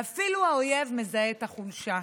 ואפילו האויב מזהה את החולשה.